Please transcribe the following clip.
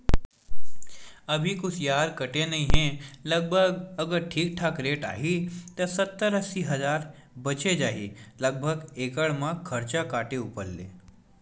अभी कुसियार कटे नइ हे लगभग अगर ठीक ठाक रेट आही त सत्तर अस्सी हजार बचें जाही लगभग एकड़ म खरचा काटे ऊपर ले